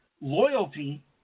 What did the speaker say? Loyalty